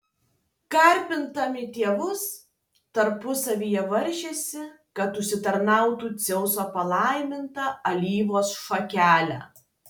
garbindami dievus tarpusavyje varžėsi kad užsitarnautų dzeuso palaimintą alyvos šakelę